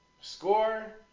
Score